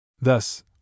Thus